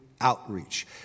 outreach